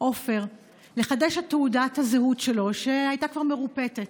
עופר לחדש את תעודת הזהות שלו, שהייתה כבר מרופטת.